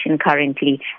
currently